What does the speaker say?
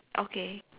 okay